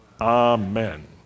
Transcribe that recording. Amen